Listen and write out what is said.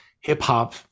hip-hop